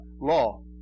Law